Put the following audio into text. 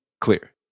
clear